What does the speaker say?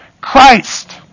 Christ